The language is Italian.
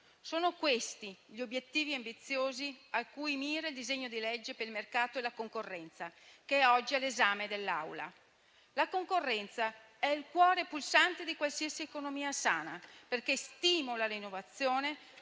sono questi gli obiettivi ambiziosi a cui mira il disegno di legge per il mercato e la concorrenza, che è oggi all'esame dell'Aula. La concorrenza è il cuore pulsante di qualsiasi economia sana perché stimola l'innovazione,